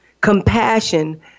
compassion